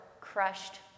crushed